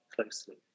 closely